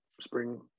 spring